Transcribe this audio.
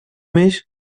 mich